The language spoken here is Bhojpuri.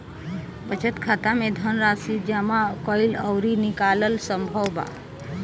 बचत खाता में धनराशि जामा कईल अउरी निकालल संभव बा